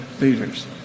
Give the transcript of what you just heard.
leaders